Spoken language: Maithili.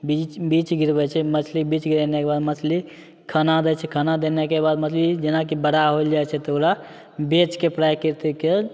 बीज बीज गिरबैत छै मछली बीज गिरैनेके बाद मछली खाना दै छै खाना देनेके बाद मछली जेनाकि बड़ा होल जाए छै तऽ ओकरा बेचके प्राकृतिके